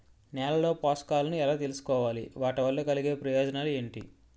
నేలలో పోషకాలను ఎలా తెలుసుకోవాలి? వాటి వల్ల కలిగే ప్రయోజనాలు ఏంటి?